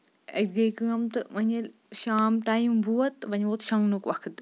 اَتہِ گے کٲم تہٕ وۄنۍ ییٚلہِ شام ٹایم ووت تہٕ وۄنۍ ووت شۄنگنُک وقت